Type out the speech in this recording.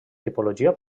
tipologia